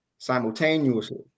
Simultaneously